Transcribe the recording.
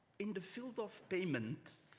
in the field of payment,